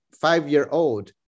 five-year-old